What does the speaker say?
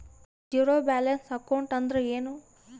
Zero balance account ಅಂದ್ರ ಏನು?